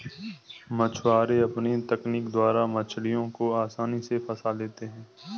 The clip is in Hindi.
मछुआरे अपनी तकनीक द्वारा मछलियों को आसानी से फंसा लेते हैं